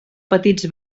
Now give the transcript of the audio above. petits